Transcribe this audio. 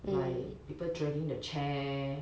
like people dragging the chair